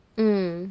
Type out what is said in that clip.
mm